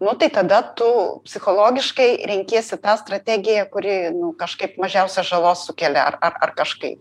nu tai tada tu psichologiškai renkiesi tą strategiją kuri kažkaip mažiausia žalos sukelia ar ar ar kažkaip